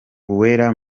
uwera